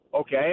Okay